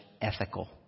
ethical